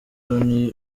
loni